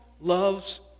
loves